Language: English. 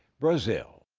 brazil.